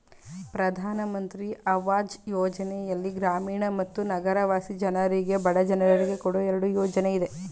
ಪ್ರಧಾನ್ ಮಂತ್ರಿ ಅವಾಜ್ ಯೋಜನೆಯಲ್ಲಿ ಗ್ರಾಮೀಣ ಮತ್ತು ನಗರವಾಸಿ ಜನರಿಗೆ ಬಡ ಜನರಿಗೆ ಕೊಡೋ ಎರಡು ಯೋಜನೆ ಇದೆ